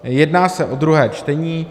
Jedná se o druhé čtení.